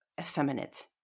effeminate